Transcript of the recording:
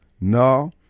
no